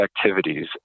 activities